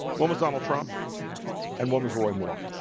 well, most donald trump and one was roy moore